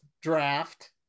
draft